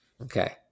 Okay